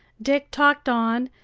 dick talked on,